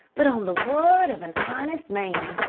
but on the word of an honest man,